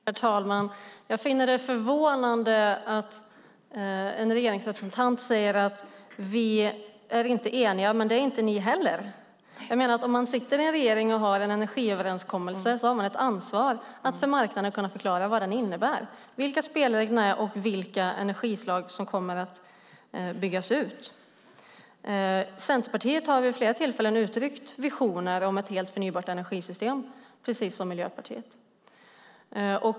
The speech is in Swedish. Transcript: Herr talman! Jag finner det förvånande att en regeringsrepresentant säger: Vi är inte eniga, men det är inte ni heller. Om man sitter i en regering och har en energiöverenskommelse har man ett ansvar att för marknaden kunna förklara vad överenskommelsen innebär, vilka spelreglerna är och vilka energislag som kommer att byggas ut. Centerpartiet har vid flera tillfällen uttryckt visioner om ett helt förnybart energisystem, precis som Miljöpartiet.